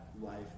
life